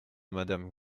madame